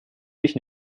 dich